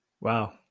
Wow